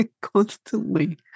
constantly